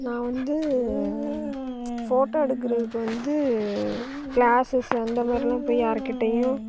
நான் வந்து ஃபோட்டோ எடுக்கிறதுக்கு வந்து கிளாஸ்ஸஸ் அந்தமாதிரிலாம் போய் யாருகிட்டேயும்